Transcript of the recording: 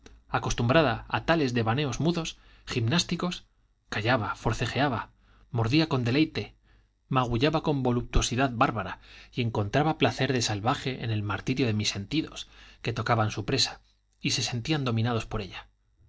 acostumbrada a tales devaneos mudos gimnásticos callaba forcejeaba mordía con deleite magullaba con voluptuosidad bárbara y encontraba placer de salvaje en el martirio de mis sentidos que tocaban su presa y se sentían dominados por ella